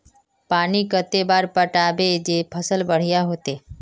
पानी कते बार पटाबे जे फसल बढ़िया होते?